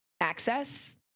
access